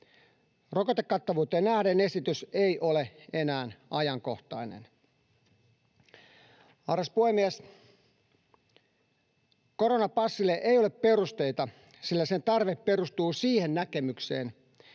Rokotekattavuuteen nähden esitys ei ole enää ajankohtainen. Arvoisa puhemies! Koronapassille ei ole perusteita, sillä sen tarve perustuu siihen näkemykseen,